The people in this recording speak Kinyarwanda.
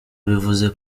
bivuze